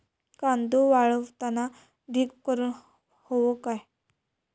कांदो वाळवताना ढीग करून हवो काय?